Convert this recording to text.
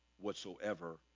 whatsoever